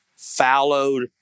fallowed